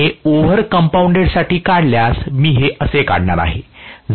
जर मी हे ओव्हर कंपौंडेड साठी काढल्यास मी हे असे काढणार आहे